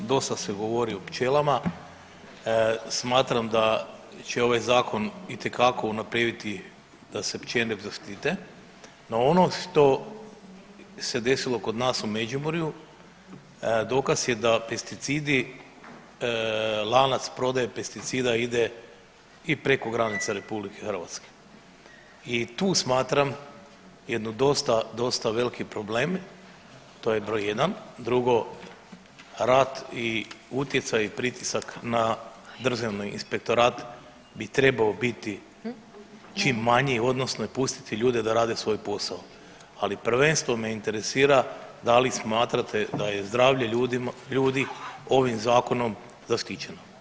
Dosta se govori o pčelama, smatram da će ovaj zakon itekako unaprijediti da se pčele zaštite, no ono što se desilo kod nas u Međimurju dokaz je da pesticidi, lanac prodaje pesticida ide i preko granice RH i tu smatram jednu dosta dosta veliki problem to je broj jedan, drugo rat i utjecaj i pritisak na državni inspektorat bi trebao biti čim manji odnosno pustiti ljude da rade svoj posao, ali prvenstveno me interesira da li smatrate da je zdravlje ljudi ovim zakonom zaštićeno?